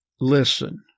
Listen